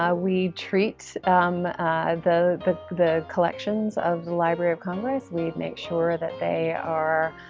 ah we treat um the but the collections of the library of congress. we make sure that they are